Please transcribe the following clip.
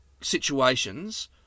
situations